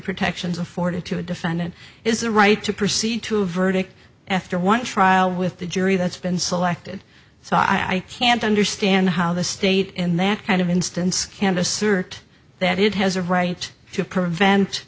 protections afforded to a defendant is the right to proceed to a verdict after one trial with the jury that's been selected so i can't understand how the state in that kind of instance can't assert that it has a right to prevent